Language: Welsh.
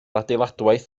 adeiladwaith